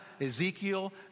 Ezekiel